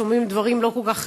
שומעים דברים לא כל כך,